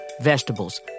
vegetables